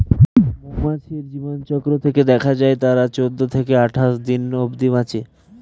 মৌমাছির জীবনচক্র থেকে দেখা যায় তারা চৌদ্দ থেকে আটাশ দিন অব্ধি বাঁচে